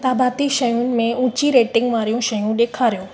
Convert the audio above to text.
किताबाती शयुनि में ऊची रेटिंग वारियूं शयूं ॾेखारियो